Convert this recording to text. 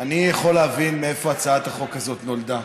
אני יכול להבין מאיפה הצעת החוק הזאת נולדה.